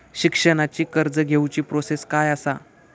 शिक्षणाची कर्ज घेऊची प्रोसेस काय असा?